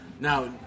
now